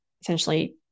essentially